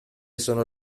sono